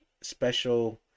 special